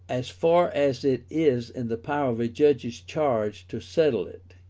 as far as it is in the power of a judge's charge to settle it.